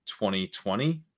2020